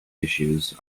issues